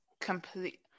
Complete